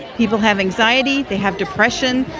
people have anxiety. they have depression.